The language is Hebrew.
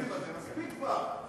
די עם המקרתיזם הזה, מספיק כבר.